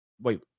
wait